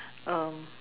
um